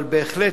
אבל בהחלט,